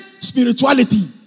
spirituality